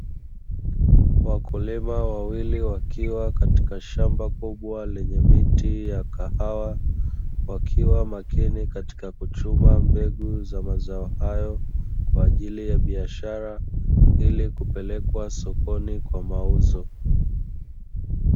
Wakulima wawili wakiwa katika shamba kubwa lenye miti ya kahawa, wakiwa makini katika kuchuma mbegu za mazao hayo kwa ajili ya biashara, ili kupelekwa sokoni kwa mauzo.